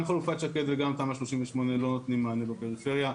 גם חלופת שקד וגם תמ"א 38 לא נותנים מענה לפריפריה.